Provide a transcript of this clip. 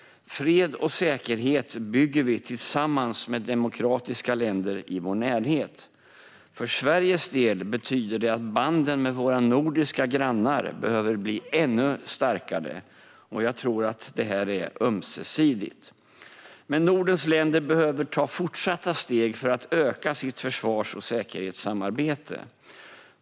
Fred och säkerhet bygger vi tillsammans med demokratiska länder i vår närhet. För Sveriges del betyder det att banden med våra nordiska grannar behöver bli ännu starkare, och jag tror att det är ömsesidigt. Men Nordens länder behöver ta fortsatta steg för att öka sitt försvars och säkerhetssamarbete.